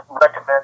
recommend